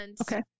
Okay